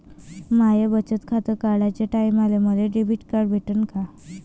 माय बचत खातं काढाच्या टायमाले मले डेबिट कार्ड भेटन का?